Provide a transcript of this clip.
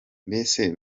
mbese